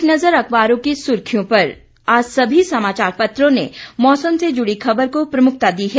एक नज़र अखबारों की सुर्खियों पर आज सभी समाचार पत्रों ने मौसम से जुड़ी खबर को प्रमुखता दी है